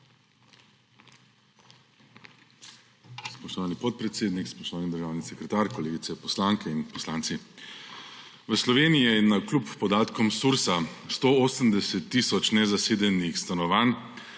Spoštovani podpredsednik, spoštovani državni sekretar, kolegice poslanke in poslanci! V Sloveniji je navkljub podatkom Sursa 180 tisoč nezasedenih stanovanj,